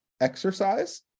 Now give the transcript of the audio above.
exercise